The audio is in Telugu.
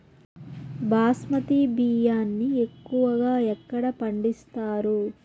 బాస్మతి బియ్యాన్ని ఎక్కువగా ఎక్కడ పండిస్తారు?